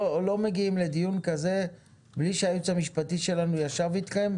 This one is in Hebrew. לא מגיעים לדיון כזה מבלי שהיועץ המשפטי שלנו ישב איתכם,